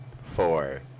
four